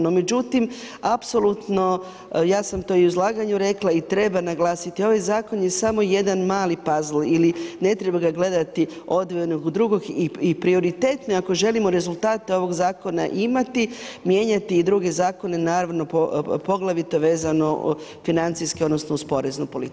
No međutim apsolutno, ja sam to i u izlaganju rekla i treba naglasiti, ovaj zakon je samo jedan mali puzzle ili ne treba ga gledati odvojeno od drugog i prioritetno je i ako želimo rezultate ovog zakona imati, mijenjati i druge zakona, naravno poglavito vezano financijski, odnosno uz poreznu politiku.